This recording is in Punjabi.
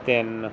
ਤਿੰਨ